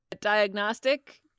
diagnostic